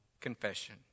confession